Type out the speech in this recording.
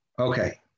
Okay